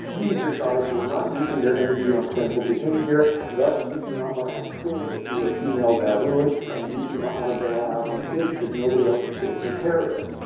these are guys who are not using their energy on parental behavior, thus you do not want to have twins if you are female baboon, and you do not want to bail out on the kids because nobody else is going to take care of them.